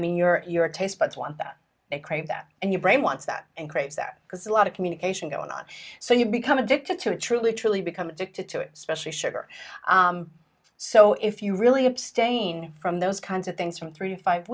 mean your taste buds want that they crave that and your brain wants that and craves that because a lot of communication going on so you become addicted to truly truly become addicted to it especially sugar so if you really abstain from those kinds of things from three to five